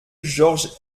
georges